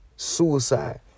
suicide